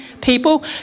people